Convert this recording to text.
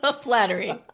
flattery